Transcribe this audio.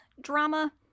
drama